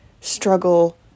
struggle